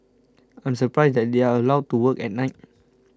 I'm surprised that they are allowed to work at night